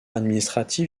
administratif